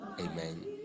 amen